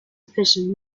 efficient